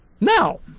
Now